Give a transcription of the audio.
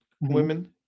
women